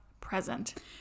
present